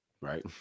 right